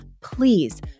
please